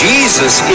Jesus